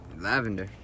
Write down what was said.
lavender